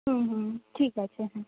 হুম হুম ঠিক আছে হ্যাঁ